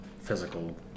physical